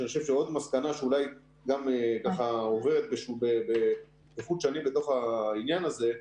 שאני חושב שעוד מסקנה שאולי גם עוברת כחוט השני בתוך העניין הזה,